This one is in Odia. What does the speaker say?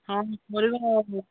ମରିବା